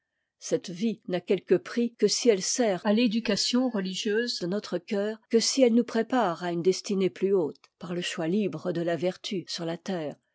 cette vie n'a quelque prix que si elle sert à l'éducation religieuse de notre cœur que si elle nous prépare à une destinée ptus haute par le choix libre de la vertu sur la terre